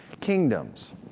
kingdoms